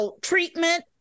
treatment